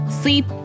sleep